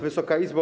Wysoka Izbo!